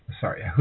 Sorry